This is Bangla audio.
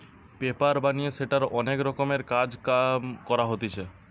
পেপার বানিয়ে সেটার অনেক রকমের কাজ কাম করা হতিছে